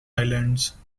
islands